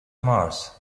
mars